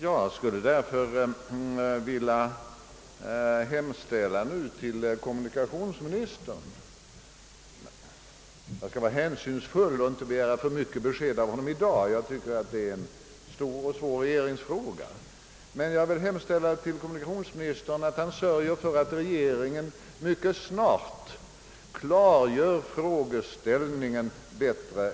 Jag skulle därför vilja hemställa till kommunikationsministern — jag skall vara hänsynsfull och inte begära omfattande besked av honom i dag eftersom jag anser att det är en stor och svår fråga för hela regeringen — att han sörjer för att regeringen mycket snart klargör frågeställningen bättre.